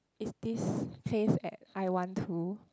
is this pace at I want to